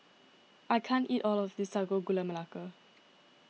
I can't eat all of this Sago Gula Melaka